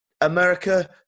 America